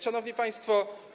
Szanowni Państwo!